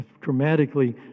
dramatically